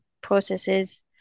processes